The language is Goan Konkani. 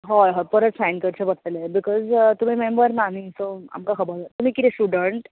हय हय परत सायन करचे पडटले बिकोज तुमी मेंबर ना न्ही सो आमका खबर तुमी कितें स्टूडंट